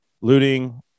looting